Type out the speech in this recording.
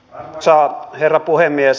arvoisa herra puhemies